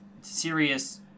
serious